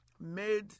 made